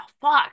fuck